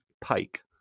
Pike